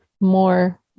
more